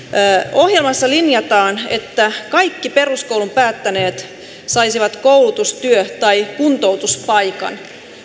ohjelmassa linjataan että kaikki peruskoulun päättäneet saisivat koulutus työ tai kuntoutuspaikan